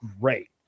great